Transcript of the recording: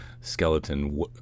skeleton